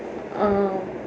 oh